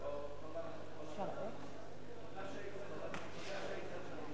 ותודה שהיית סלחנית.